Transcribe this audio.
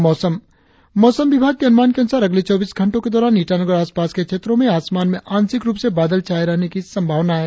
और अब मौसम मौसम विभाग के अनुमान के अनुसार अगले चौबीस घंटो के दौरान ईटानगर और आसपास के क्षेत्रो में आसमान में आंशिक रुप से बादल छाये रहने की संभावना है